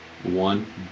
one